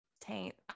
taint